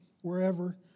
wherever